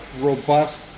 robust